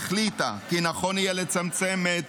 הוועדה החליטה לצמצם את